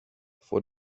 vor